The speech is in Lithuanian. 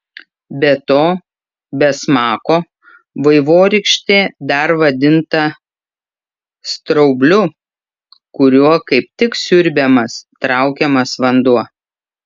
be to be smako vaivorykštė dar vadinta straubliu kuriuo kaip tik siurbiamas traukiamas vanduo